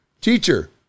teacher